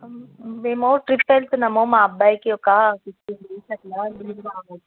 మేము ట్రిప్ వెళ్తున్నాము మా అబ్బాయికి ఒక ఫిఫ్టీన్ డేస్ అట్లా లీవ్ కావాలి